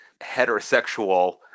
heterosexual